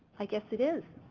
i guess it is.